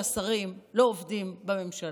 שהשרים לא עובדים בממשלה?